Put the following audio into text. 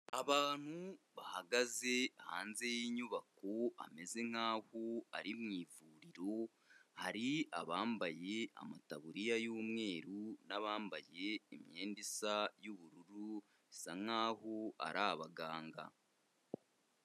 Abantu bahagaze hanze y'inyubako hameze nkaho ari mu ivuriro hari abambaye amataburiya y'umweru n'abambaye imyenda isa y'ubururu, bisa nkaho ari abaganga.